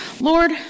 Lord